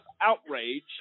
outrage